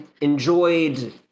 enjoyed